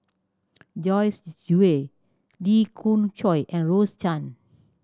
Joyce Jue Lee Khoon Choy and Rose Chan